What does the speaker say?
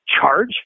charge